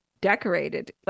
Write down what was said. decorated